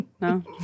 no